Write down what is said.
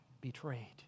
betrayed